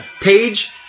page